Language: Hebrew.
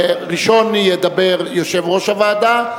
ראשון ידבר יושב-ראש הוועדה,